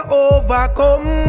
overcome